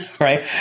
Right